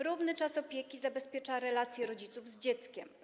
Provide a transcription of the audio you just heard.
Równy czas opieki zabezpiecza relacje rodziców z dzieckiem.